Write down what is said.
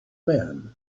man